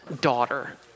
daughter